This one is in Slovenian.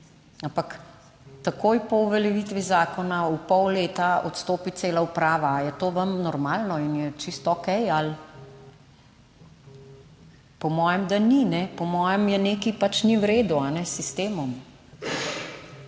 ampak takoj po uveljavitvi zakona v pol leta odstopi cela uprava. Ali je to vam normalno in je čisto okej ali…? Po mojem, da ni, kajne, po mojem je nekaj pač ni v redu s sistemom.